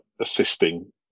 assisting